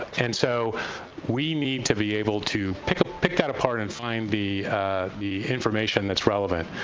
and so we need to be able to pick pick that apart and find the the information that's relevant.